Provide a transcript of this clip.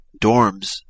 dorms